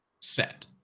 set